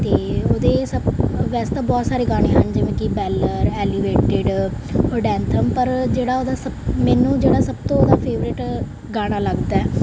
ਅਤੇ ਉਹਦੇ ਸਭ ਵੈਸੇ ਤਾਂ ਬਹੁਤ ਸਾਰੇ ਗਾਣੇ ਹਨ ਜਿਵੇਂ ਕਿ ਬੈਲਰ ਐਲੀਵੇਟਿਡ ਓਡੈਂਥਮ ਪਰ ਜਿਹੜਾ ਉਹਦਾ ਸਭ ਮੈਨੂੰ ਜਿਹੜਾ ਸਭ ਤੋਂ ਉਹਦਾ ਫੇਵਰੇਟ ਗਾਣਾ ਲੱਗਦਾ